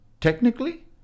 technically